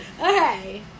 Okay